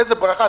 איזו ברכה.